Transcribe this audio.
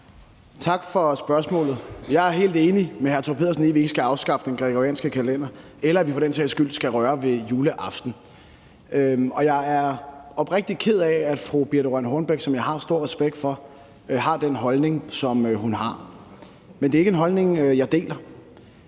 Tak for spørgsmålet. Jeg er helt enig med hr. Thor Pedersen i, at vi ikke skal afskaffe den gregorianske kalender, eller at vi for den sags skyld skal røre ved juleaften. Og jeg er oprigtigt ked af, at fru Birthe Rønn Hornbech, som jeg har stor respekt for, har den holdning, som hun har. Men det er ikke en holdning, jeg deler.